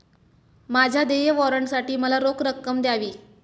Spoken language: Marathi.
माझ्या देय वॉरंटसाठी मला रोख रक्कम द्यावी